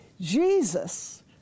Jesus